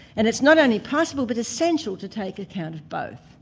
and it's not only possible but essential to take account of both.